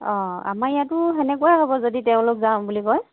অঁ আমাৰ ইয়াতো তেনেকুৱাই হ'ব যদি তেওঁলোক যাওঁ বুলি কয়